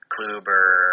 Kluber